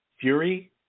Fury